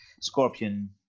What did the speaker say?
Scorpion